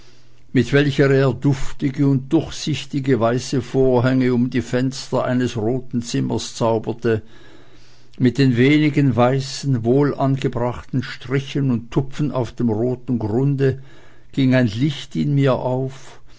mit welcher er duftige und durchsichtige weiße vorhänge um die fenster eines roten zimmers zauberte mit den wenigen weißen wohlangebrachten strichen und tupfen auf dem roten grunde ging ein licht in mir auf